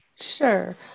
Sure